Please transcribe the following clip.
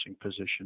position